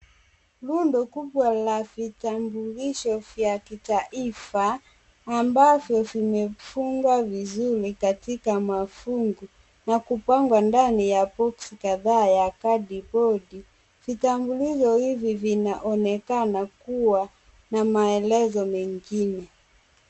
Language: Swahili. Rundo kubwa la vitambulisho vya kitaifa ambavyo vimefungwa vizuri katika mafungu na kupangwa ndani ya boksi kadhaa ya kadibodi. Vitambulisho hivi vinaonekana kuwa na maelezo mengine.